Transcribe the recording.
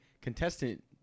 contestant